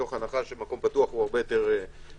מתוך הנחה שמקום פתוח הוא הרבה יותר מקל.